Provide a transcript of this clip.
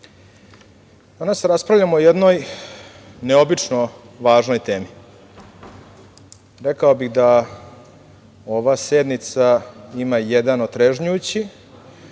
danas raspravljamo o jednoj neobično važnoj temi. Rekao bih da ova sednica ima jedan otrežnjujući,